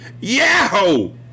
Yahoo